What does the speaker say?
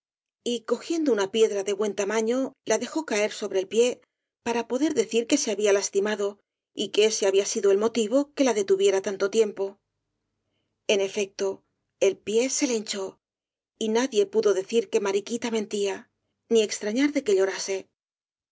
y cogiendo una piedra de buen tamaño la dejó caer sobre el pie para poder decir que se había lastimado y que ese había sido el motivo que la detuviera tanto tiempo en efecto el pie se le hinchó y nadie pudo decir que mariquita mentía ni extrañar de que